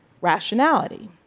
rationality